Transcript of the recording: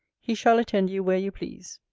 he shall attend you where you please.